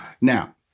now